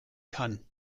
kann